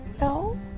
no